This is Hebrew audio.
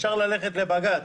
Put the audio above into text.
אפשר ללכת לבג"ץ.